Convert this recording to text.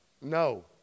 No